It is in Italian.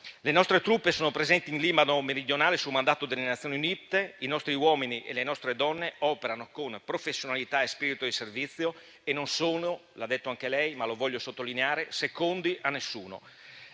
Le nostre truppe sono presenti in Libano meridionale su mandato delle Nazioni Unite, i nostri uomini e le nostre donne operano con professionalità e spirito di servizio e non sono - l'ha detto anche lei, ma lo voglio sottolineare - secondi a nessuno.